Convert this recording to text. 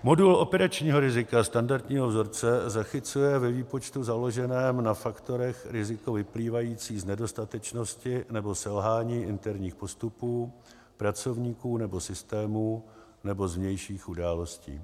Modul operačního rizika standardního vzorce zachycuje ve výpočtu založeném na faktorech riziko vyplývající z nedostatečnosti nebo selhání interních postupů pracovníků nebo systémů nebo z vnějších událostí.